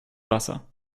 wasser